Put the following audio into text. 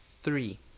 three